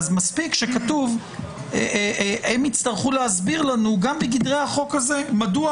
אז מספיק שכתוב והם יצטרכו להסביר לנו גם בגדרי החוק הזה מדוע